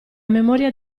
memoria